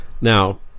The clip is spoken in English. now